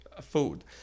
food